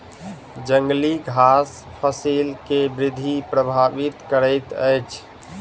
जंगली घास फसिल के वृद्धि प्रभावित करैत अछि